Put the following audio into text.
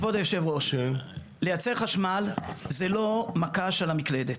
כבוד היושב ראש, לייצר חשמל זה לא מכה של המקלדת,